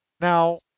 Now